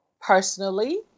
personally